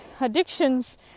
addictions